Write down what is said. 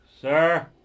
Sir